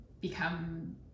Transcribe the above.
become